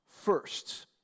first